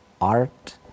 art